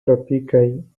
tropikaj